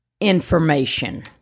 information